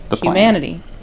humanity